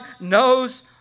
knows